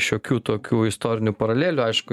šiokių tokių istorinių paralelių aišku